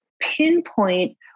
pinpoint